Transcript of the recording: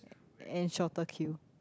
and shorter queue